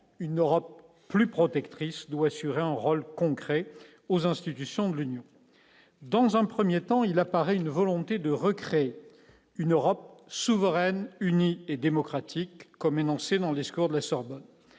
une Europe plus protectrice doit assurer un rôle concret aux institutions de l'Union dans un 1er temps il apparaît une volonté de recréer une Europe souveraine, unie et démocratique comme énoncé dans le discours de la Sorbonne,